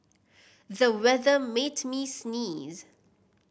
the weather made me sneeze